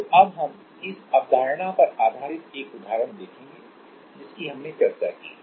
तो अब हम इस अवधारणा पर आधारित एक उदाहरण देखेंगे जिसकी हमने चर्चा की है